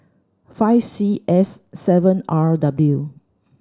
five C S seven R W